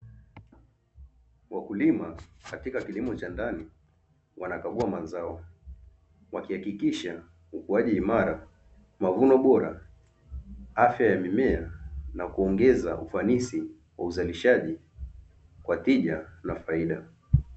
Wakulima katika kilimo cha ndani wanakagua mazao wakihakikisha ukuaji imara, mavuno bora, afya ya mimea na kuongeza ufanisi wa uzalishaji wa tija na faida.